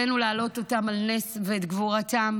עלינו להעלות אותם על נס ואת גבורתם,